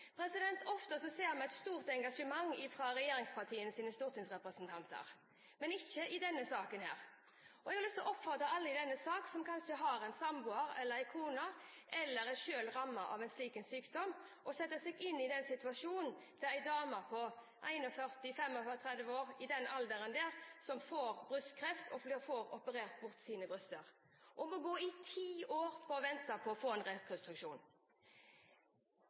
rekonstruksjon. Ofte ser vi et stort engasjement hos regjeringspartienes stortingsrepresentanter, men ikke i denne saken. Jeg har lyst til å oppfordre alle i denne sal som kanskje har en samboer, eller en kone som – eller selv – er rammet av en slik sykdom, til å sette seg inn i situasjonen der en dame i alderen 35–41 år får brystkreft, og får operert bort sine bryster, og som må gå i ti år og vente på å få en